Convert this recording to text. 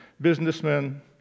businessmen